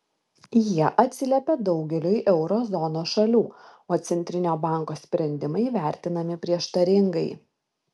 jie atsiliepia daugeliui euro zonos šalių o centrinio banko sprendimai vertinami prieštaringai